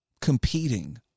competing